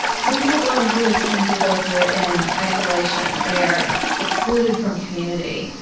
so people going through this tend to go through it in isolation. they are excluded from community,